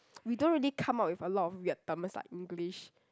we don't really come out with a lot of weird terms like English